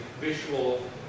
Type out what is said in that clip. visual